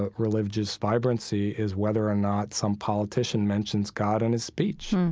ah religious vibrancy is whether or not some politician mentions god in his speech.